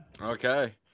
Okay